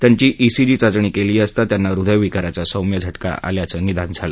त्यांची ईसीजी चाचणीत केली असता त्यांना हृदयविकाराचा सौम्य झ का आल्याचं निदान झालं